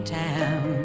town